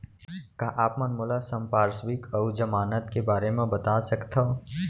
का आप मन मोला संपार्श्र्विक अऊ जमानत के बारे म बता सकथव?